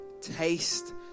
taste